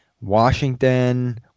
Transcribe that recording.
Washington